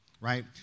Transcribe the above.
right